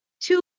two